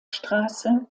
straße